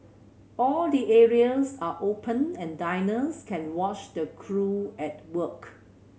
all the areas are open and diners can watch the crew at work